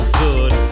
good